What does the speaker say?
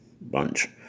bunch